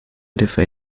differ